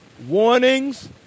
Warnings